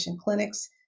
clinics